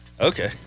Okay